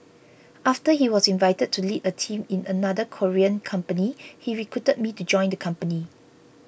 after he was invited to lead a team in another Korean company he recruited me to join the company